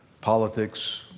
politics